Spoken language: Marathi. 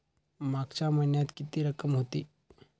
मागच्या महिन्यात किती रक्कम होती?